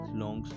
long